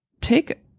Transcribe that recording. take